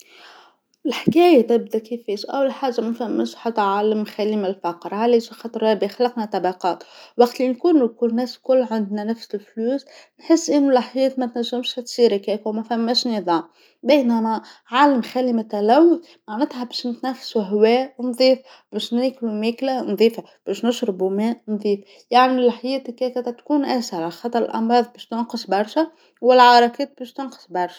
الحكايه تبدا كيفاش، أول حاجه ما ثماش حتى عالم خال من الفقر، علاش، علاخاطر ربي خلقنا طبقات، الوقت اللي نكونو الناس الكل عندنا الفلوس نحس أنو الحياة ما تنجمش تصير هكاك وما ثماش نظام، بينما عالم خال من التلوث معنتها باش نتنفسو هوا نظيف باش ناكلو ماكله نظيفه، باش نشربو ماء نظيف، يعملو الحياة هاكاكا تتكون أسهل، علاخاطر الأمراض باش تنقص برشا و باش تنقص برشا.